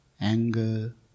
anger